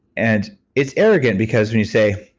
and it's arrogant because when you say,